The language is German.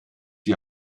die